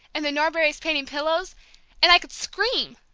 and the norberrys painting pillows and i could scream!